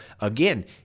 again